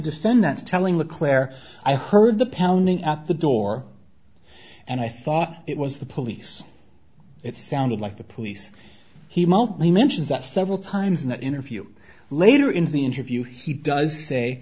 defendant telling the claire i heard the pounding at the door and i thought it was the police it sounded like the police he multiply mentions that several times in that interview later in the interview he does say